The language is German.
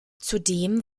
zudem